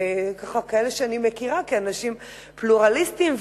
כאלה שאני מכירה כאנשים פלורליסטים,